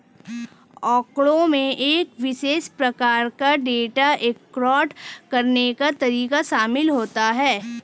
आँकड़ों में एक विशेष प्रकार का डेटा एकत्र करने के तरीके शामिल होते हैं